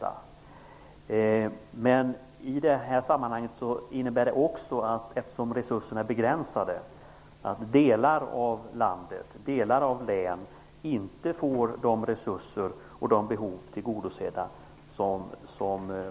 Eftersom resurserna är begränsade innebär det i detta sammanhang att delar av landet inte får de resurser de behöver. Deras behov blir inte tillgodosedda.